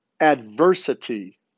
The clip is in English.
adversity